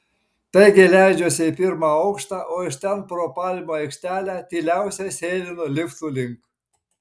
taigi leidžiuosi į pirmą aukštą o iš ten pro palmių aikštelę tyliausiai sėlinu liftų link